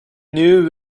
knew